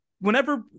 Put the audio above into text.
whenever